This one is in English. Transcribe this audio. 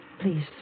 Please